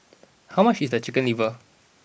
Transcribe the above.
how much is the chicken liver